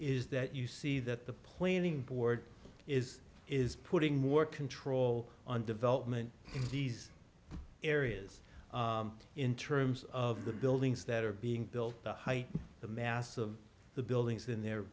is that you see that the planning board is is putting more control on development indies areas in terms of the buildings that are being built the height the mass of the buildings in their